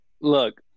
look